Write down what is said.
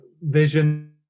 vision